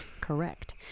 correct